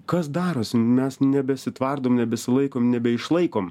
kas darosi mes nebesitvardom nebesilaikom nebeišlaikom